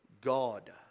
God